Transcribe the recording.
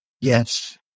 Yes